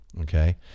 okay